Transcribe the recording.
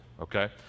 okay